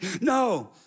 No